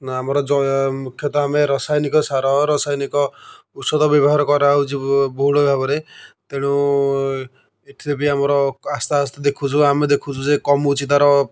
ନା ଆମର ଯ ମୁଖ୍ୟତଃ ଆମେ ରସାୟନିକ ସାର ରସାୟନିକ ଔଷଧ ବ୍ୟବହାର କରାହେଉଛି ବ ବହୁଳ ଭାବରେ ତେଣୁ ଏଥିରେ ବି ଆମର କ ଆସ୍ତେ ଆସ୍ତେ ଦେଖୁଛୁ ଆମେ ଦେଖୁଛୁ ଯେ କମୁଛି ତା'ର